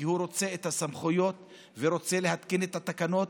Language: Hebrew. כי הוא רוצה את הסמכויות ורוצה להתקין את התקנות,